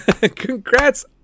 Congrats